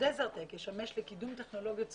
ה-דזרד-טק ישמש לקידום טכנולוגיות סביבה,